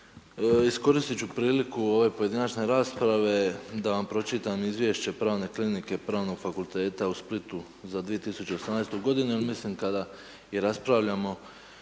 Iskoristiti ću priliku u ovoj pojedinačne rasprave, da vam pročitam izvješće pravne kline Pravnog fakulteta u Splitu za 2018. g. jer mislim kada raspravljamo